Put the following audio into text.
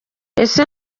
ese